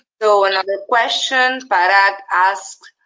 so another question, parak asks,